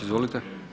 Izvolite.